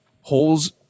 Hole's